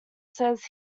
says